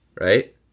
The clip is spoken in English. right